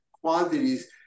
quantities